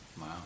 Wow